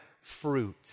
fruit